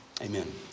Amen